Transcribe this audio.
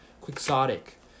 Quixotic